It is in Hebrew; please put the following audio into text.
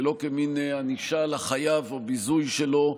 ולא כמין ענישה לחייב או ביזוי שלו,